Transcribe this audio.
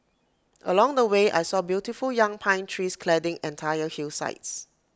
along the way I saw beautiful young pine trees cladding entire hillsides